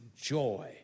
joy